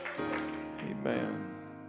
amen